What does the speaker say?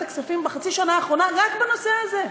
הכספים בחצי השנה האחרונה רק בנושא הזה.